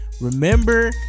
remember